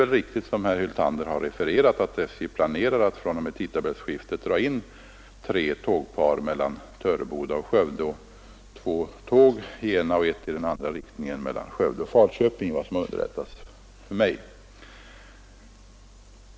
Det är riktigt som herr Hyltander har refererat, att man planerar att fr.o.m. tidtabellsskiftet dra in tre tågpar mellan Töreboda och Skövde och två tåg mellan Skövde och Falköping — detta enligt vad jag underrättats om.